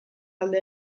alde